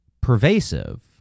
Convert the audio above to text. pervasive